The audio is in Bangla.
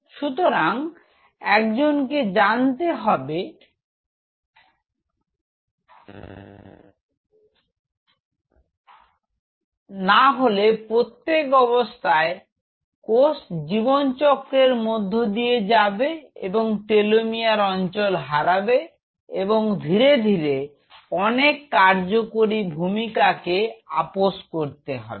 সুতরাং একজন কে জানতে হবে না হলে প্রত্যেক অবস্থায় কোষ জীবন চক্রের মধ্য দিয়ে যাবে এবং টেলোমিয়ার অঞ্চল হারাবে এবং ধীরে ধীরে অনেক কার্যকরী ভূমিকা কে আপস করতে হবে